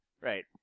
Right